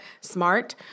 smart